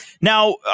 Now